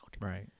Right